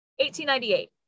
1898